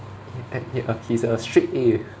and ya he's a straight A